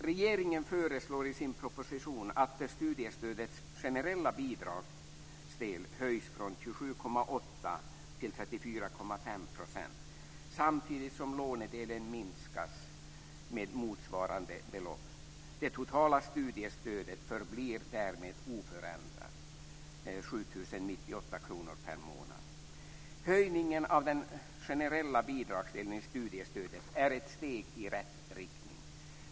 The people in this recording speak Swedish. Regeringen föreslår i sin proposition att studiestödets generella bidragsdel höjs från 27,8 % Höjningen av den generella bidragsdelen i studiestödet är ett steg i rätt riktning.